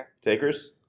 Takers